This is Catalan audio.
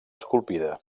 esculpida